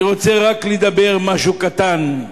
אני רוצה רק לומר משהו קטן,